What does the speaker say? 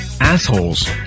assholes